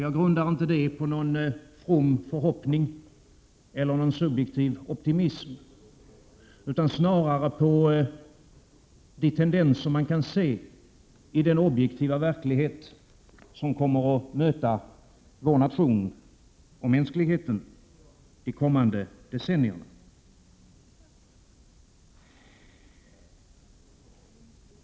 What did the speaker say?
Jag grundar inte det på någon from förhoppning eller någon subjektiv optimism, utan snarare på de tendenser man kan se i den objektiva verklighet som kommer att möta vår nation och mänskligheten de kommande decennierna.